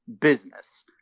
business